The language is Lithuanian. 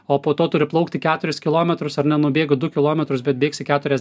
o po to turi plaukti keturis kilometrus ar ne nubėgi du kilometrus bet bėgsi keturias